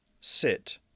Sit